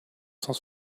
cent